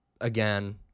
Again